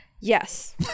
Yes